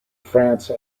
france